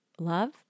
love